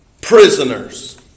prisoners